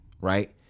right